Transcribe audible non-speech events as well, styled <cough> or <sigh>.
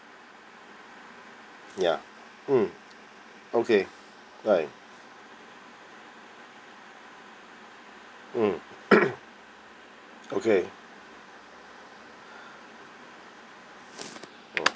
ya mm okay right mm <coughs> okay <breath> <noise>